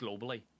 globally